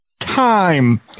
time